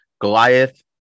Goliath